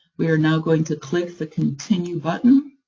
we are now going to click the continue button,